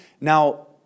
Now